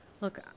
Look